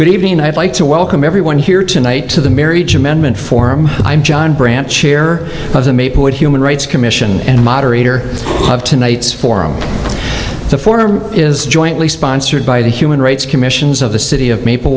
good evening and i'd like to welcome everyone here tonight to the marriage amendment forum i'm john branch chair of the maplewood human rights commission and moderator of tonight's forum the form is jointly sponsored by the human rights commissions of the city of